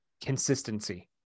consistency